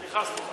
סליחה, סליחה.